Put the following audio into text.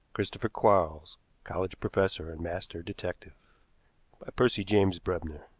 christopher quarles college professor and master detective by percy james brebner